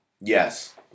Yes